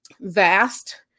vast